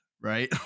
right